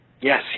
Yes